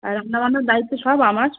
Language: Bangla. আর রান্না বান্নার দায়িত্ব সব আমার